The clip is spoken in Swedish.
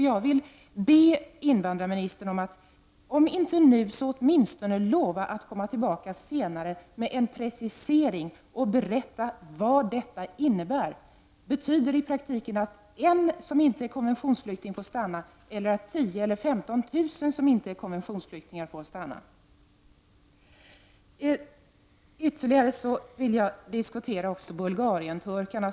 Jag ber invandrarministern att lova att om inte nu så åtminstone senare återkomma med en precisering och berätta vad detta innebär. Betyder det i praktiken att en som inte är konventionsflykting får stanna eller att 10 000-15 000 som inte är konventionsflyktingar får stanna? Jag vill ytterligare diskutera bulgarienturkarna.